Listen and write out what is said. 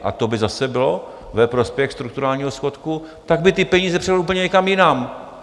A to by zase bylo ve prospěch strukturálního schodku, tak by ty peníze převedl úplně někam jinam.